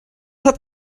hat